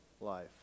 life